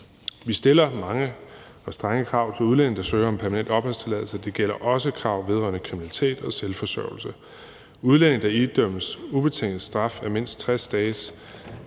Vi stiller mange og strenge krav til udlændinge, der søger om permanent opholdstilladelse, og det gælder også krav vedrørende kriminalitet og selvforsørgelse. Udlændinge, der idømmes en ubetinget straf a mindst 60 dages